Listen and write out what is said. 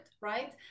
right